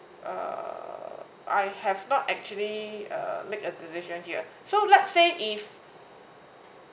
uh I have not actually uh make a decision here so let's say if